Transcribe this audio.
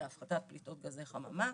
להפחתת פליטות גזי חממה,